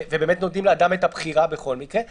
ובאמת נותנים לאדם את הבחירה בכל מקרה.